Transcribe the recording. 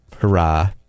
hurrah